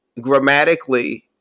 grammatically